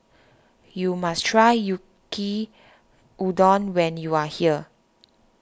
you must try Yaki Udon when you are here